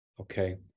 Okay